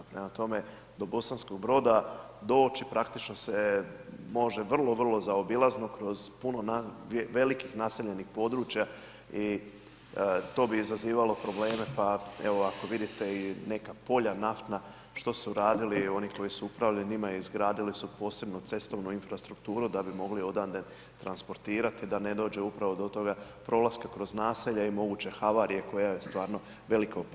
Prema tome, do Bosanskoga Broda, … praktično se može vrlo, vrlo zaobilazno, kroz puno velikih naseljenih područja i to bi izazivalo probleme, pa evo, ako vidite i neka polja, naftna, što su radili oni koji su upravljali njima i izgradili su posebnu cestovnu infrastrukturu, da bi mogli odande transportirati, da ne dođe upravo do toga prolaska kroz naselja i moguće havarije, koja je stvarno velika opasnost.